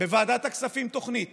בוועדת הכספים תוכנית